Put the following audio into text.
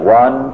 one